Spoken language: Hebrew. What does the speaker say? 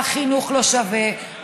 והחינוך לא שווה,